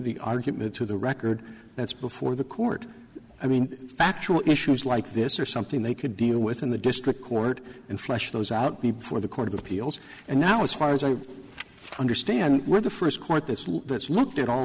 the argument to the record that's before the court i mean factual issues like this are something they could deal with in the district court and flesh those out before the court of appeals and now as far as i understand we're the first court this law that's looked at all